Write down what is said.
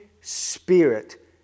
Spirit